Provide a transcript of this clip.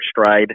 stride